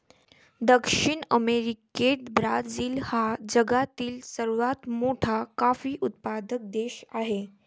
दक्षिण अमेरिकेत ब्राझील हा जगातील सर्वात मोठा कॉफी उत्पादक देश आहे